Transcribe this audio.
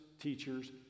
teachers